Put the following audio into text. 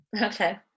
Okay